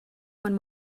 von